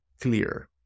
clear